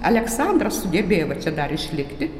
aleksandras sugebėjo va čia dar išlikti